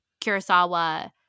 Kurosawa